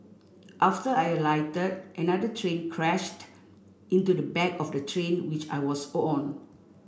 after I alighted another train crashed into the back of the train which I was on